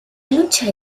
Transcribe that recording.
lucha